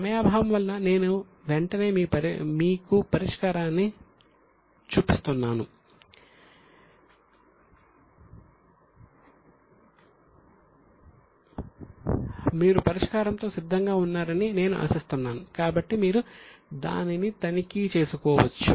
సమయాభావం వలన నేను వెంటనే మీకు పరిష్కారాన్ని చూపిస్తున్నాను మీరు పరిష్కారంతో సిద్ధంగా ఉన్నారని నేను ఆశిస్తున్నాను కాబట్టి మీరు దాన్ని తనిఖీ చేసుకోవచ్చు